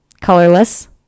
colorless